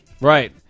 Right